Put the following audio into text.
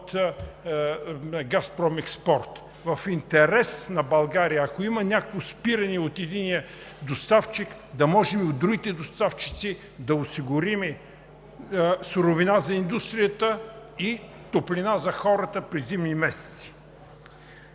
от „Газпром експорт“. В интерес на България е, ако има някакво спиране от единия доставчик, да можем от другите доставчици да осигурим суровина за индустрията и топлина за хората през зимните месеци.